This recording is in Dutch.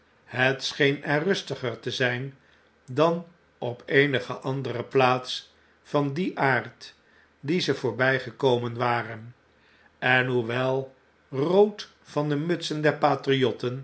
scheen er rustiger te zijn dan op eenige andere plaats van dien aard die ze voorbjjgekomen waren en hoewel rood van de mutsen